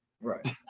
Right